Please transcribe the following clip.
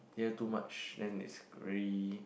here too much then it's very